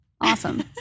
awesome